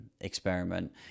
experiment